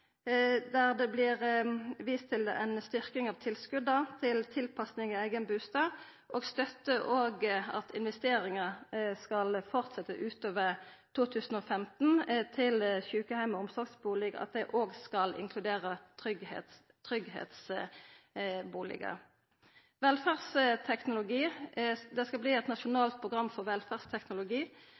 der det vert vist til ei styrking av tilskota til tilpassing av eigen bustad. Ein støttar òg at investeringar skal fortsetja utover 2015 med omsyn til sjukeheim- og omsorgsbustader, og at det òg skal inkludera tryggleiksbustader. Det skal verta eit nasjonalt program for velferdsteknologi,